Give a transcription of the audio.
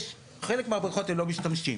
יש חלק מהבריכות הם לא משתמשים,